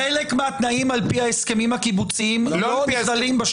חלק מהתנאים על פי ההסכמים הקיבוציים ------ סליחה,